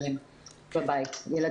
ופורה עם משרד החינוך ועם הרשויות המקומיות